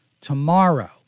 Tomorrow